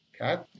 okay